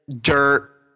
dirt